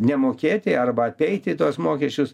nemokėti arba apeiti tuos mokesčius